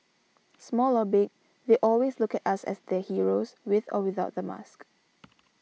small or big they always look at us as their heroes with or without the mask